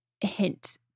hint